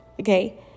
Okay